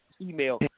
email